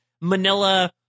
Manila